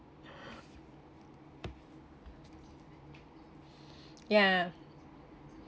yeah